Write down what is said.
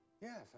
Yes